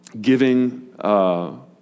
giving